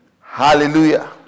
Hallelujah